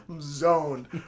zoned